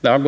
Den